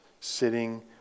sitting